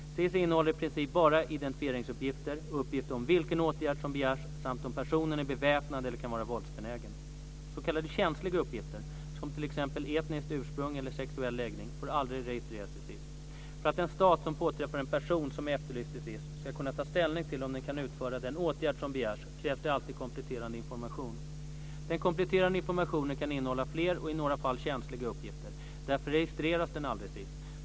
SIS innehåller i princip bara identifieringsuppgifter och uppgift om vilken åtgärd som begärs samt om personen är beväpnad eller kan vara våldsbenägen. S.k. känsliga uppgifter, som t.ex. etniskt ursprung eller sexuell läggning, får aldrig registreras i SIS. För att en stat som påträffar en person som är efterlyst i SIS ska kunna ta ställning till om den kan utföra den åtgärd som begärs krävs det alltid kompletterande information. Den kompletterande informationen kan innehålla fler och i några fall känsliga uppgifter; därför registreras den aldrig i SIS.